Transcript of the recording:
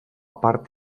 part